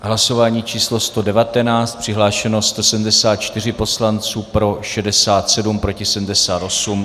Hlasování číslo 119 přihlášeno 174 poslanců, pro 67, proti 78.